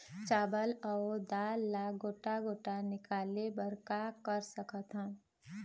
चावल अऊ दाल ला गोटा गोटा निकाले बर का कर सकथन?